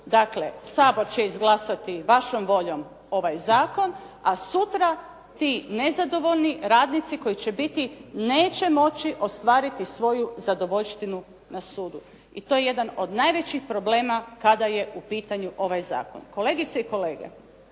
Dakle, Sabor će izglasati vašom voljom ovaj zakon a sutra ti nezadovoljni radnici koji će biti neće moći ostvariti svoju zadovoljštinu na sudu. I to je jedan od najvećih problema kada je u pitanju ovaj zakon. Kolegice i kolege,